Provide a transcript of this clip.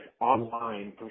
online